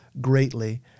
greatly